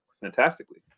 fantastically